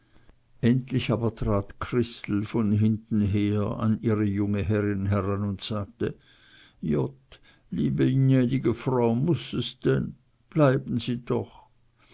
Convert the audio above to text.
endlich aber trat christel von hinten her an ihre junge herrin heran und sagte jott liebe jnädige frau muß es denn bleiben sie doch